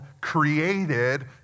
created